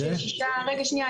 רגע, שנייה.